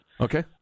Okay